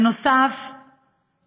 נוסף על כך,